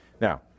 Now